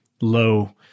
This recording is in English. low